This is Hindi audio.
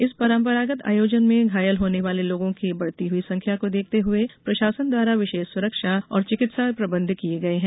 इस परंपरागत आयोजन में घायल होने वाले लोगों के बढ़ती हुई संख्या को देखते हुए प्रशासन द्वारा विशेष सुरक्षा और चिकित्सा प्रबंध किये गये हैं